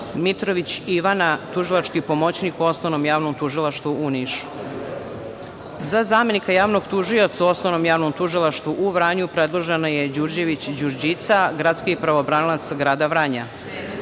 Mitrović Ivana, tužilački pomoćnik u Osnovnom javnom tužilaštvu u Nišu.Za zamenika javnog tužioca u Osnovnom javnom tužilaštvu u Vranju predložena je Đurđević Đurđica, gradski pravobranilac grada Vranja.Za